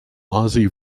ozzie